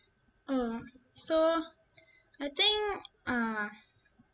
uh so I think uh